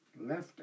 Left